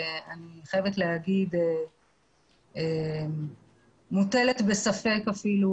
אני חייבת להגיד שהיא מוטלת בספק אפילו,